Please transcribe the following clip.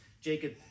Jacob